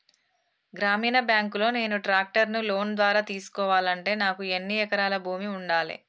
గ్రామీణ బ్యాంక్ లో నేను ట్రాక్టర్ను లోన్ ద్వారా తీసుకోవాలంటే నాకు ఎన్ని ఎకరాల భూమి ఉండాలే?